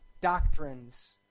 doctrines